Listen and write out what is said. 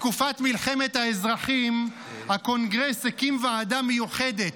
בתקופת מלחמת האזרחים הקונגרס הקים ועדה מיוחדת,